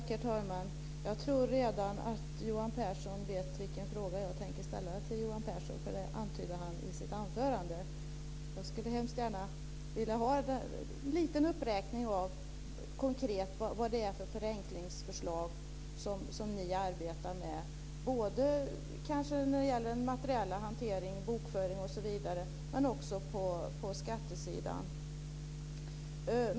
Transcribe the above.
Herr talman! Jag tror att Johan Pehrson redan vet vilken fråga jag tänker ställa. Det antydde han i sitt anförande. Jag skulle vilja ha en uppräkning av vilka förenklingsförslag som ni arbetar med. Det gäller både den materiella hanteringen, bokföring osv., och skattesidan.